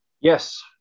Yes